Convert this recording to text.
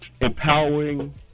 empowering